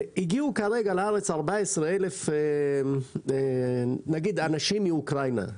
הגיעו כרגע לארץ 14,000 אנשים מאוקראינה,